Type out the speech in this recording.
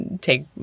take